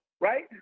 right